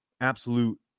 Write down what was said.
absolute